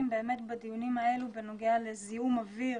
באמת בדיונים האלה בנוגע לזיהום אויר,